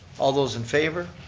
all those in favor,